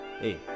Hey